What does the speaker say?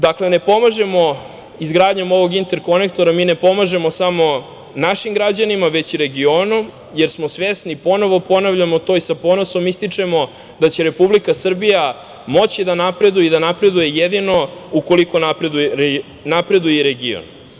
Dakle, izgradnjom ovog interkonektora ne pomažemo samo našim građanima, već i regionu, jer smo svesni, ponovo ponavljamo to i sa ponosom ističemo da će Republika Srbija moći da napreduje i da napreduje jedino ukoliko napreduje i region.